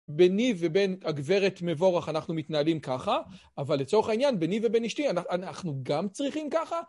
ביני ובין הגברת מבורך, אנחנו מתנהלים ככה, אבל לצורך העניין, ביני ובין אשתי, אנחנו גם צריכים ככה?